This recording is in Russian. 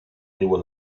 него